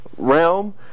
realm